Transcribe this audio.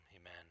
Amen